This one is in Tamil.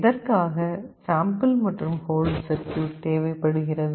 எதற்காக சாம்பிள் மற்றும் ஹோல்ட் சர்க்யூட் தேவைப்படுகிறது